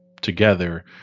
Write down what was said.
together